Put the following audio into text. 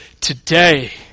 today